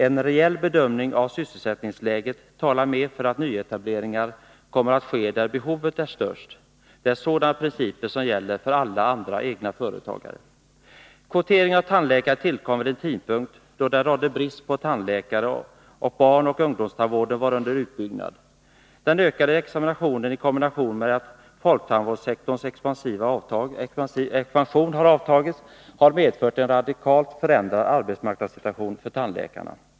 En reell bedömning av sysselsättningsläget talar mer för att nyetableringar kommer att ske där behovet är störst. Det är sådana principer som gäller för alla andra egna företagare. Kvoteringen av tandläkare tillkom vid en tidpunkt då det rådde brist på tandläkare och barnoch ungdomstandvården var under utbyggnad. Den ökade examinationen i kombination med att folktandvårdssektorns expansion avtagit har medfört en radikalt förändrad arbetsmarknadssituation för tandläkarna.